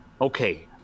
okay